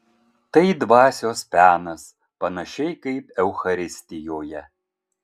tai dvasios penas panašiai kaip eucharistijoje